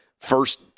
First